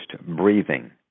breathing